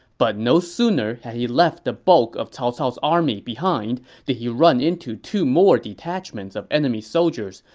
but no sooner had he left the bulk of cao cao's army behind did he run into two more detachments of enemy soldiers,